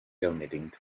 donating